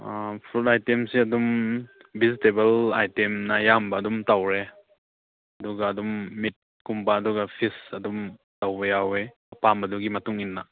food ꯑꯥꯏꯇꯦꯝꯁꯦ ꯑꯗꯨꯝ vegetable ꯑꯥꯏꯇꯦꯝꯅ ꯑꯌꯥꯝꯕ ꯑꯗꯨꯝ ꯇꯧꯔꯦ ꯑꯗꯨꯒ ꯑꯗꯨꯝ ꯃꯤꯠꯀꯨꯝꯕ ꯑꯗꯨꯒ ꯐꯤꯁ ꯑꯗꯨꯝ ꯇꯧꯕ ꯌꯥꯎꯋꯦ ꯑꯄꯥꯝꯕꯗꯨꯒꯤ ꯃꯇꯨꯡ ꯏꯟꯅ